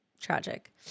tragic